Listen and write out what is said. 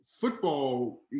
football